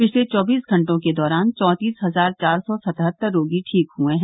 पिछले चौबीस घंटों के दौरान चौतींस हजार चार सौ सतहत्तर रोगी ठीक हुए हैं